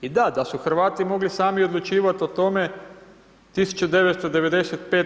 I da, da su Hrvati mogli sami odlučivati o tome 1995.